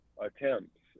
attempts